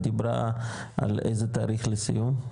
דיברה על איזה תאריך לסיום?